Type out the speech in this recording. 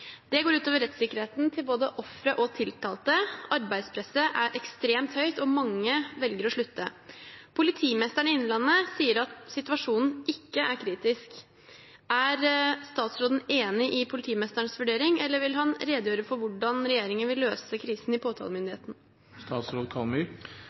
Det går ut over rettssikkerheten til både ofre og tiltalte. Arbeidspresset er ekstremt høyt, og mange velger å slutte. Politimesteren sier situasjonen ikke er kritisk. Er statsråden enig i politimesterens vurdering, eller vil han redegjøre for hvordan regjeringen vil løse krisen i